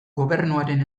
gobernuaren